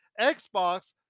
Xbox